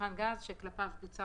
גז שכלפיו ביצע